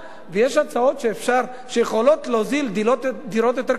ויש הצעות שיכולות להוזיל דירות יותר קטנות.